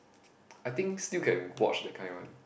I think still can watch that kind one